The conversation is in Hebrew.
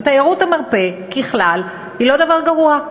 אבל תיירות המרפא ככלל היא לא דבר גרוע.